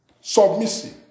submissive